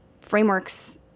frameworks